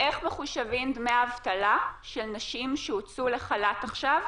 איך מחושבים דמי האבטלה של נשים שהוצאו לחל"ת עכשיו,